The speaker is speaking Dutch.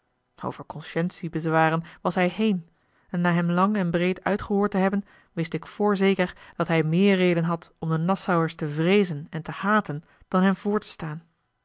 over conscientie bezwaren was hij heen en na hem lang en breed uitgehoord te hebben wist ik voorzeker dat hij meer reden had om de nassauers te vreezen en te haten dan hen voor te staan